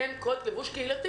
בעניין קוד הלבוש הקהילתי